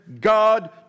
God